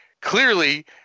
Clearly